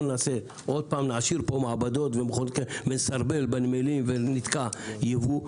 נעשיר כאן מעבדות ונסרבל בנמלים ונתקע יבוא,